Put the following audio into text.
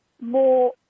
more